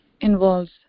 involves